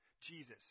Jesus